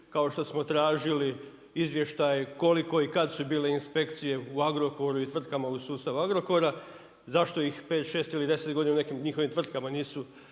kao što smo tražili izvještaj koliko i kad su bile inspekcije u Agrokoru i tvrtkama u sustavu Agrokora, zašto ih 5, 6 ili 10 godina u nekim njihovim tvrtkama nije